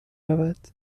رود